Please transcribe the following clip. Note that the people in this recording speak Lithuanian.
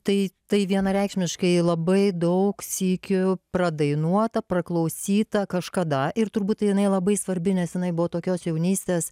tai tai vienareikšmiškai labai daug sykių pradainuota praklausyta kažkada ir turbūt jinai labai svarbi nes jinai buvo tokios jaunystės